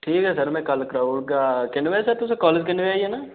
ठीक ऐ सर में कल कराई ओड़गा किन्ने बजे सर तुसें कालेज किन्ने बजे आई जाना